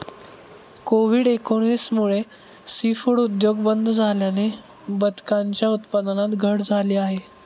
Covid एकोणीस मुळे seafood उद्योग बंद झाल्याने बदकांच्या उत्पादनात घट झाली आहे